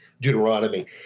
Deuteronomy